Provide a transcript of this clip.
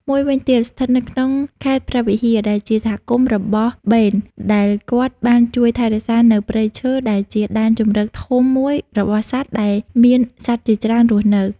មួយវិញទៀតស្ថិតនៅក្នុងខេត្តព្រះវិហារដែលជាសហគមន៍របស់បេន ដែលគាត់បានជួយថែរក្សានៅព្រៃឈើដែលជាដែនជម្រកធំមួយរបស់សត្វដែលមានសត្វជាច្រើនរស់នៅ។